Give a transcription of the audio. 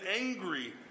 angry